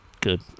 good